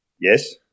Yes